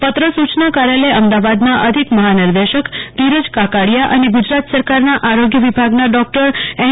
પત્ર સૂચના કાર્યાલય અમદાવાદના અધિક મહા નિર્દેશક શ્રી ધીરજ કાકાડીયા અને ગુજરાત સરકારના આરોગ્ય વિભાગના ડોકટર એન